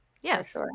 yes